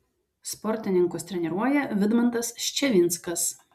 sportininkus treniruoja vidmantas ščevinskas